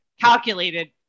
calculated